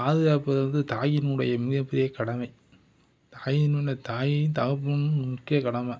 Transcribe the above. பாதுகாப்பது வந்து தாயினுடைய மிகப்பெரிய கடமை தாயின்னு இல்லை தாயையும் தகப்பனும் முக்கிய கடமை